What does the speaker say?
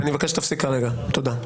אני מבקש שתפסיק כרגע, תודה.